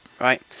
Right